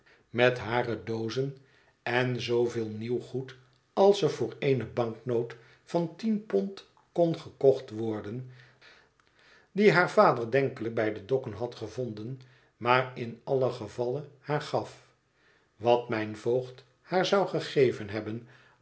met hare doozen en zooveel nieuw goed als er voor eene banknoot van tien pond kon gekocht worden die haar vader denkelijk bij de dokken had gevonden maar in allen gevalle haar gaf wat mijn voogd haar zou gegeven hebben